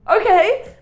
okay